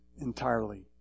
entirely